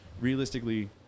realistically